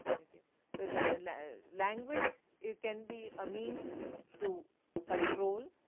like yeah so like like language it can be ah means to control,